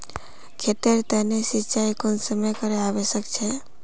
खेतेर तने सिंचाई कुंसम करे आवश्यक छै?